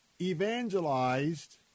evangelized